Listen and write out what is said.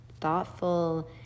thoughtful